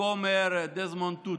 הכומר דזמונד טוטו.